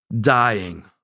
dying